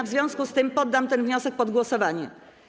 W związku z tym poddam ten wniosek pod głosowanie.